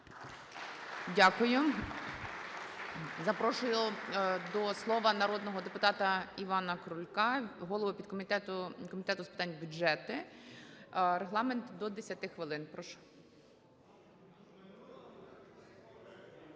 Дякую. Запрошую до слова народного депутата Івана Крулька, голову підкомітету Комітету з питань бюджету. Регламент - до 10 хвилин.